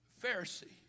Pharisee